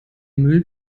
müll